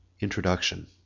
Introduction